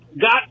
got